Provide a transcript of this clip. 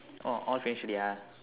oh all finish already ah